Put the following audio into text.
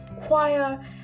choir